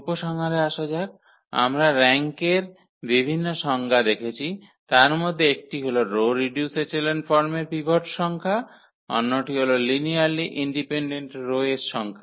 উপসংহারে আসা যাক আমরা র্যাঙ্কের বিভিন্ন সংজ্ঞা দেখেছি তার মধ্যে একটি হল রো রিডিউসড এচেলন ফর্মের পিভট সংখ্যা অন্যটি হল লিনিয়ারলি ইন্ডিপেনডেন্ট রো এর সংখ্যা